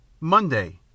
Monday